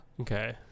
Okay